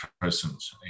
persons